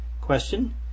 Question